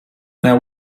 now